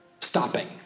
stopping